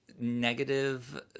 negative